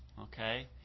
Okay